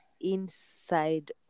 inside